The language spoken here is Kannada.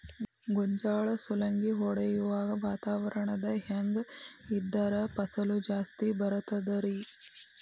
ಗೋಂಜಾಳ ಸುಲಂಗಿ ಹೊಡೆಯುವಾಗ ವಾತಾವರಣ ಹೆಂಗ್ ಇದ್ದರ ಫಸಲು ಜಾಸ್ತಿ ಬರತದ ರಿ?